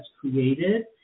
created